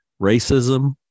racism